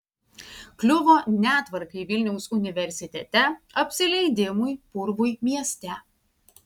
kliuvo netvarkai vilniaus universitete apsileidimui purvui mieste